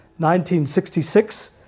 1966